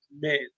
men